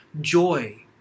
joy